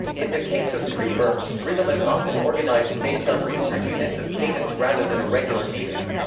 in the case of free verse, rhythm is often organized based on looser units of cadence rather than a regular meter.